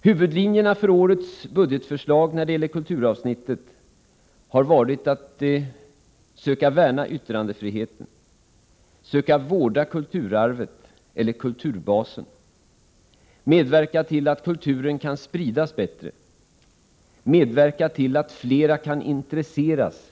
Huvudlinjerna för årets budgetförslag när det gäller kulturavsnittet har varit att söka värna yttrandefriheten, söka vårda kulturarvet eller kulturbasen, medverka till att kulturen skall kunna spridas bättre, medverka till att fler kan intresseras.